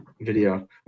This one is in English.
video